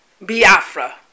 Biafra